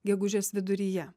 gegužės viduryje